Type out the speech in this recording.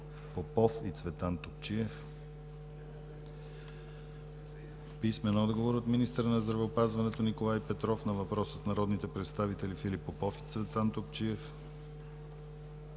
Попов и Цветан Топчиев; - министъра на здравеопазването Николай Петров на въпрос от народните представители Филип Попов и Цветан Топчиев.